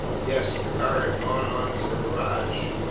yes, the car had gone on to the garage.